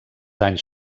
anys